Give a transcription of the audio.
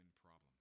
problem